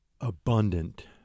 abundant